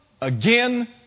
again